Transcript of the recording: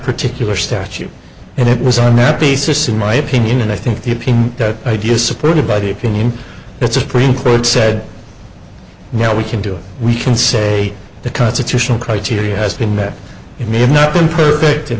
particular statute and it was on that basis in my opinion and i think the opinion that i disapproved of by the opinion that supreme court said now we can do we can say the constitutional criteria has been met it may have not been perfect